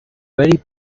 very